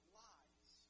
lies